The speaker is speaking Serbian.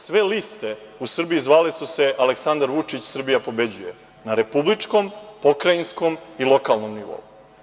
Sve liste u Srbiji zvale su se „Aleksandar Vučić – Srbija pobeđuje“, na republičkom, pokrajinskom i lokalnom nivou.